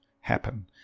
happen